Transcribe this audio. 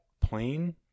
plane